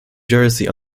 jersey